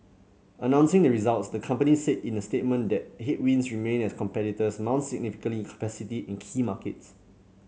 announcing the results the company said in the statement that headwinds remain as competitors mount significant capacity in key markets